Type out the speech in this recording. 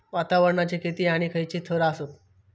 वातावरणाचे किती आणि खैयचे थर आसत?